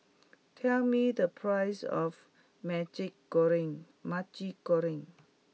tell me the price of Maggi Goreng Maggi Goreng